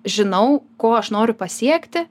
žinau ko aš noriu pasiekti